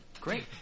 Great